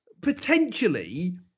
potentially